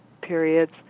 periods